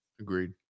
Agreed